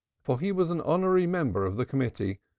for he was an honorary member of the committee,